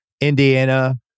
Indiana